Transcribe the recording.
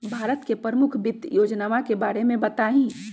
भारत के प्रमुख वित्त योजनावन के बारे में बताहीं